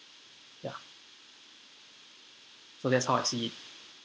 ya so that's how I see it